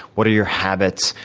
what are your habits,